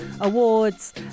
Awards